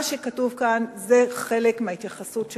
מה שכתוב כאן זה חלק מההתייחסות שלנו,